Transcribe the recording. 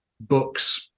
books